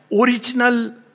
original